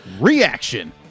Reaction